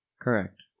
Correct